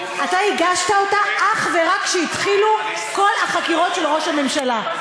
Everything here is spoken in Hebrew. אתה הגשת אותה אך ורק כשהתחילו כל החקירות של ראש הממשלה.